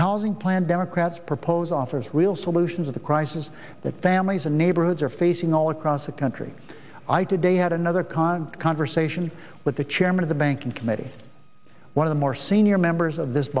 housing plan democrats propose offers real solutions of the crisis that families and neighborhoods are facing all across the country i did a had another con conversation with the chairman of the banking committee one of the more senior members of this